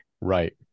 right